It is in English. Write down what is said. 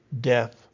death